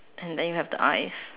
and then you have the eyes